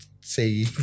say